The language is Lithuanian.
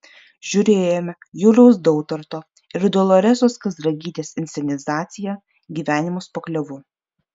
žiūrėjome juliaus dautarto ir doloresos kazragytės inscenizaciją gyvenimas po klevu